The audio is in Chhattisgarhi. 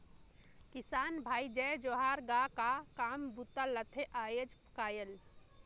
किसान भाई जय जोहार गा, का का काम बूता चलथे आयज़ कायल?